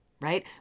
right